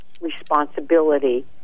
responsibility